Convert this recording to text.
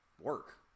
work